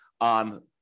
on